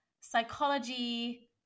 psychology